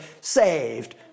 saved